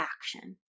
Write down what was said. action